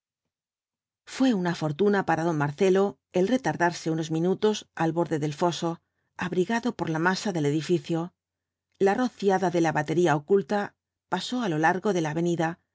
fué una fortuna para don marcelo el retardarse unos minutos al borde del foso abrigado por la masa del edificio la rociada de la batería oculta pasó á lo largo de la avenida